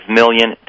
million